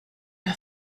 der